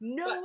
no